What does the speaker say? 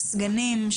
הסגנים,